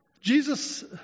Jesus